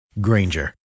Granger